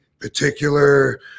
particular